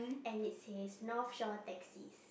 and it says North Shore taxi